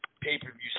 pay-per-view